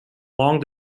long